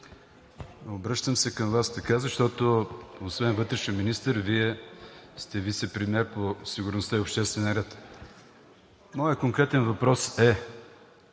обръщам се към Вас така, защото освен вътрешен министър, Вие сте вицепремиер по сигурността и обществения ред. Моят конкретен въпрос е: